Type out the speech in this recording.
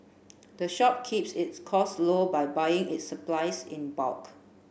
the shop keeps its cost low by buying its supplies in bulk